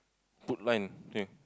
put line okay